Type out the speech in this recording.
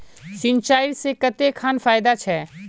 सिंचाई से कते खान फायदा छै?